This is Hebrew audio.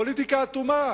הפוליטיקה אטומה.